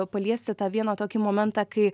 paliesti tą vieną tokį momentą kai